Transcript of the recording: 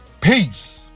Peace